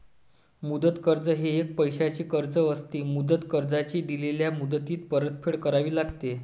मुदत कर्ज हे एक पैशाचे कर्ज असते, मुदत कर्जाची दिलेल्या मुदतीत परतफेड करावी लागते